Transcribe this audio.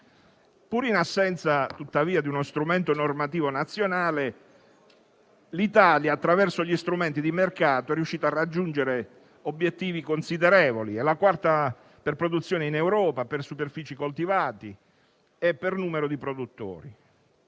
Pur in assenza di uno strumento normativo nazionale, l'Italia, attraverso gli strumenti di mercato, è riuscita a raggiungere obiettivi considerevoli: è la quarta per produzione in Europa, per superfici coltivate e per numero di produttori.